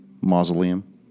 mausoleum